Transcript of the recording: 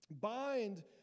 Bind